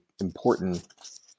important